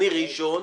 אני ראשון,